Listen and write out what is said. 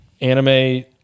anime